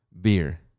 beer